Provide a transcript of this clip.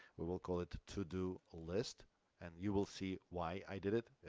we will call it to do list and you will see why i did it.